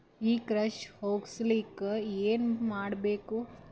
ಈ ಕ್ಷಾರ ಹೋಗಸಲಿಕ್ಕ ಏನ ಮಾಡಬೇಕು?